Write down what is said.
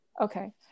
Okay